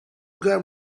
ground